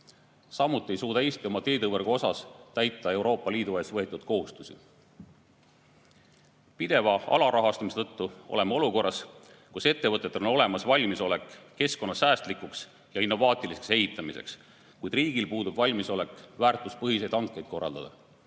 Samuti ei suuda Eesti oma teevõrguga täita Euroopa Liidu ees võetud kohustusi. Pideva alarahastamise tõttu oleme olukorras, kus ettevõtetel on olemas valmisolek keskkonnasäästlikuks ja innovaatiliseks ehitamiseks, kuid riigil puudub valmisolek väärtuspõhiseid hankeid korraldada.